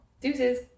Deuces